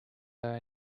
and